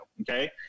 okay